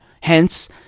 Hence